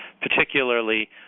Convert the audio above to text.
particularly